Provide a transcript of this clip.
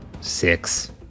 Six